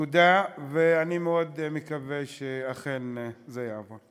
תודה, ואני מאוד מקווה שאכן זה יעבור.